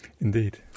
Indeed